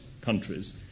countries